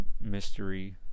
mystery